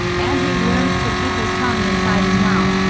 and he's learned to keep his tongue inside his mouth,